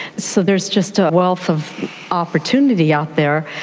so there's just a wealth of opportunity out there,